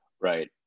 Right